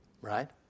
right